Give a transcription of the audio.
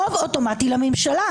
רבותי חברי האופוזיציה הנכבדים עד מאוד,